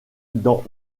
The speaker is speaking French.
dans